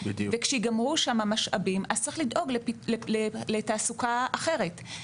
וכשייגמרו שם המשאבים צריך לדאוג לתעסוקה אחרת.